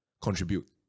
contribute